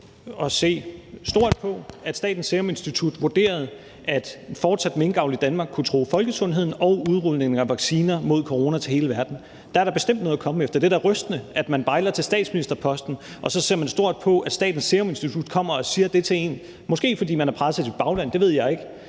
at se stort på, at Statens Serum Institut vurderede, at fortsat minkavl i Danmark kunne true folkesundheden og udrulningen af vacciner mod corona til hele verden. Der er da bestemt noget at komme efter. Det er da rystende, at man bejler til statsministerposten, og så ser man stort på, hvad Statens Serum Institut kommer og siger til en, måske fordi man er presset i sit bagland – det ved jeg ikke.